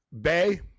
Bay